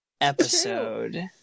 episode